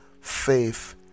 faith